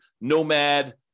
nomad